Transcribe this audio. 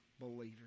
believers